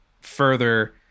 further